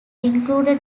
included